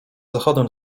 zachodem